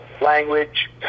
language